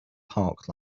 park